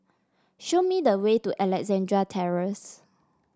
show me the way to Alexandra Terrace